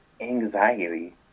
anxiety